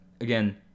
again